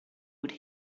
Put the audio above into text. would